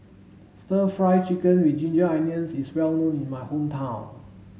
stir fry chicken with ginger onions is well known in my hometown